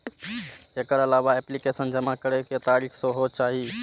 एकर अलावा एप्लीकेशन जमा करै के तारीख सेहो चाही